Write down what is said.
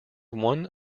one